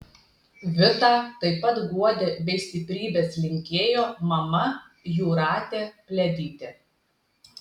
vitą taip pat guodė bei stiprybės linkėjo mama jūratė pliadytė